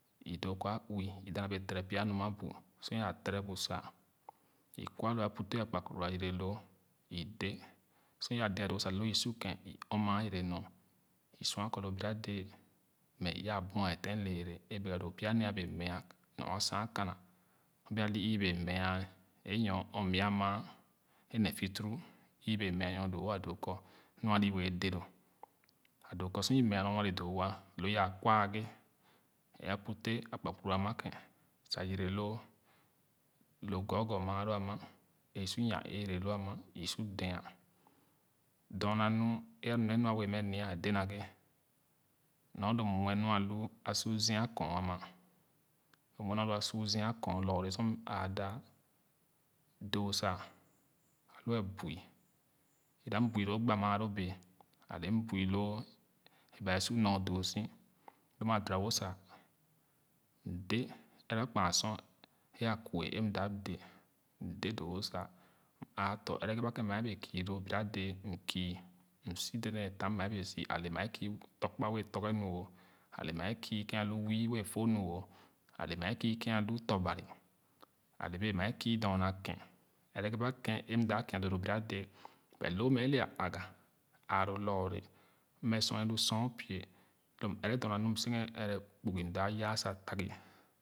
I doo kɔ a i da na bee tere pya nu a ma bu sor yaa tere bu sa i kwa lu a a puteh akparkpuru ay yere loo i dee’ sor ye dè doo wo sa loo su kèn i ɔɔ maa yere nyo i sya kɔ lo bira dɛɛ mɛ i yaa buɛfen lɛɛlɛ a bɛga doo pya nee a bee meah nor a san kana bee ali i bee meah nor ɔɔ nia maa ē ne fiit’uro ibee meah nor doo wo a doo kɔ nu ali yuɛɛ dè lo a doo kɔ sor i meah nyo nu ale doowua lo yaa kwa ghe ē aputeh akparkpuru anna kèn sa yere loo lo kɔɔkɔɔ maalo ama sa i su yan-ee yere loo ama sa i su déa dorne nu ē alu nee nua bee mɛ nia a dè naghe nor lo mmuse nu alu a suu zia kɔɔn ama m wɛne ba su zia kɔɔn lɔɔre sor m āādah doo sa wɛɛ buè either m bui loo gba maalo bēē ale’ m bui lo ē ba wɛɛ sor nɔr doo-wo sa m aatɔ̄ ɛrɛ ba kèn mɛ wɛɛ kii lo biradɛɛ m kii m so dèdèn tam maa bee so ale mɛ kii tɔ̄kpa wɛɛ tɔrge nu oh ale mɛ kii kèn alo wii wɛɛ fo nu oh ale mɛ kii kèn alu tɔ̄ bari ale béé maa kill dorna kèn ɛrɛ ba kèn m da kii doo lo biradɛɛ but loo mɛ ē le āā aga āā lo lɔɔre mmɛ sor ē lo sor pie lo a ɛrɛ dorna nu m senghe ɛrɛ kpugi m da yaa tagi